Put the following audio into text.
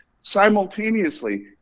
Simultaneously